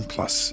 Plus